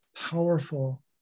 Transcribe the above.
powerful